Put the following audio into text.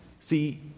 See